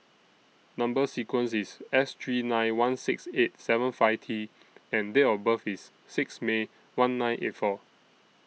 Number sequence IS S three nine one six eight seven five T and Date of birth IS six May one nine eight four